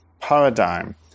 paradigm